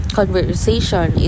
conversation